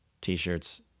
t-shirts